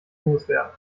loswerden